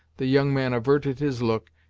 the young man averted his look,